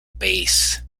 bass